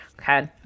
okay